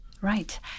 Right